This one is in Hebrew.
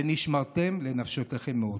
"ונשמרתם לנפשתיכם מאד".